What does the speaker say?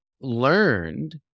learned